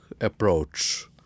approach